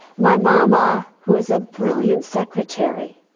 my mama, who is a brilliant secretary,